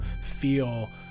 feel